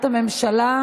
נמנעים.